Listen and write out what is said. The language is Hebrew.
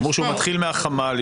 אמרו שהוא מתחיל מהחמ"ל,